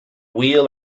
wheel